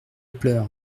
pleure